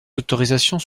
autorisations